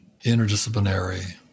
interdisciplinary